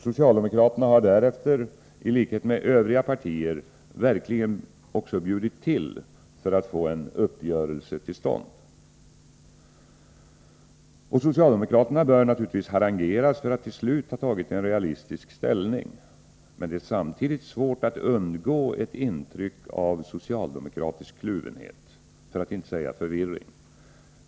Socialdemokraterna har därefter — i likhet med övriga partier — verkligen också bjudit till för att få en uppgörelse till stånd. Socialdemokraterna bör givetvis harangeras för att till slut ha tagit en realistisk ställning. Men det är samtidigt svårt att undgå ett intryck av socialdemokratisk kluvenhet, för att inte säga förvirring.